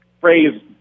phrase